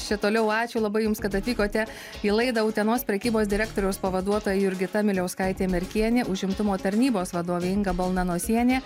čia toliau ačiū labai jums kad atvykote į laidą utenos prekybos direktoriaus pavaduotoja jurgita miliauskaitė merkienė užimtumo tarnybos vadovė inga balnanosienė